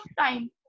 time